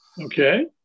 Okay